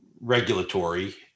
regulatory